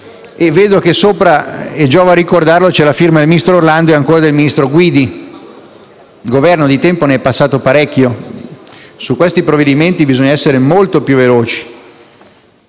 Vedo che sopra il testo - giova ricordarlo - vi sono le firme del ministro Orlando e, ancora, del ministro Guidi. Governo, di tempo ne è passato parecchio! Su questi provvedimenti bisogna essere molto più veloci.